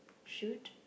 shoot